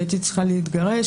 הייתי צריכה להתגרש,